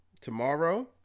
Tomorrow